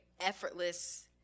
effortless